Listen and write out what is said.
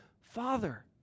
Father